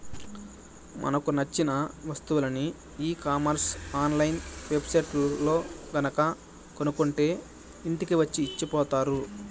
మనకు నచ్చిన వస్తువులని e commerce online web సైట్లల్లో గనక కొనుక్కుంటే ఇంటికి వచ్చి ఇచ్చిపోతారు